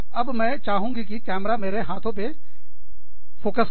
अब मैं चाहूँगी कि कैमरा हाथों पर केंद्रितफोकस करें